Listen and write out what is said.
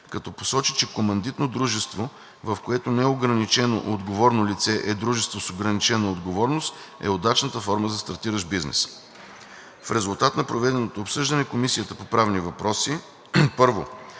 като посочи, че Командитно дружество, в което неограничено отговорното лице е дружество с ограничена отговорност, е удачната форма за стартиращ бизнес. В резултат на проведеното обсъждане Комисията по правни въпроси: Първо,